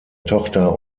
tochter